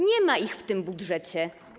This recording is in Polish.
Nie ma ich w tym budżecie.